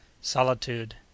Solitude